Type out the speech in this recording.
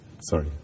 Sorry